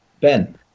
Ben